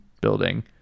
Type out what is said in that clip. building